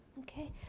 okay